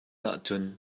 ahcun